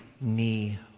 knee